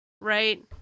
right